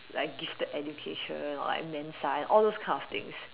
like gifted education or like Mensa and all those kind of things